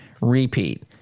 repeat